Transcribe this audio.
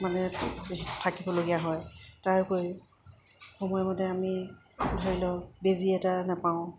মানে থাকিবলগীয়া হয় তাৰ উপৰিও সময়মতে আমি ধৰি লওক বেজি এটা নাপাওঁ